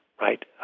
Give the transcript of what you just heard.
right